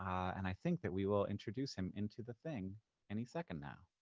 and i think that we will introduce him into the thing any second now.